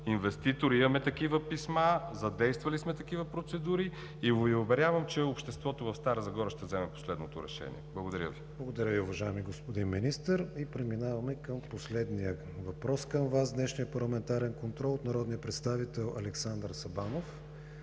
инвеститор, имаме такива писма, задействали сме такива процедури и Ви уверявам, че обществото в Стара Загора ще вземе последното решение. Благодаря Ви. ПРЕДСЕДАТЕЛ КРИСТИАН ВИГЕНИН: Благодаря Ви, уважаеми господин Министър. Преминаваме към последния въпрос към Вас в днешния парламентарен контрол. Той е от народния представител Александър Сабанов